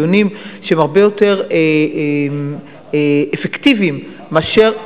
דיונים שהם הרבה יותר אפקטיביים מאשר,